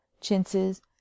chintzes